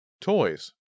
Toys